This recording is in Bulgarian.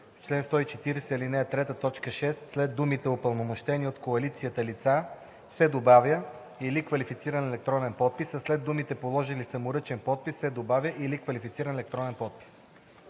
чл. 140, ал. 3, т. 6 след думите „упълномощени от коалицията лица“ се добавя „или квалифициран електронен подпис“, а след думите „положили саморъчен подпис“ се добавя „или квалифициран електронен подпис“.“